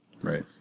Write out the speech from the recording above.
Right